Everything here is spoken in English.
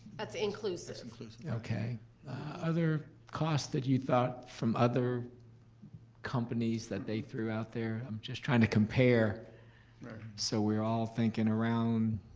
that's inclusive. that's inclusive. other costs that you thought from other companies that they threw out there? i'm just trying to compare so we're all thinking around